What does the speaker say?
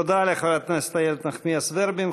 תודה לחברת הכנסת איילת נחמיאס ורבין.